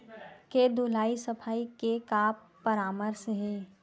के धुलाई सफाई के का परामर्श हे?